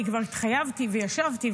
כי כבר התחייבתי וישבתי.